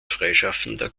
freischaffender